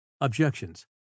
OBJECTIONS